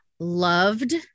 loved